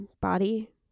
body